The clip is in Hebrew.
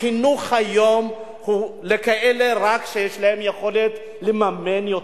החינוך היום הוא רק לכאלה שיש להם יכולת לממן יותר.